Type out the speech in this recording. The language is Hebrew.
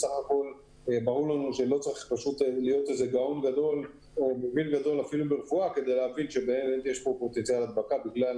לא צריך להיות מבין גדול כדי להבין שיש פה פוטנציאל הדבקה גדול בגלל